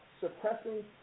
suppressing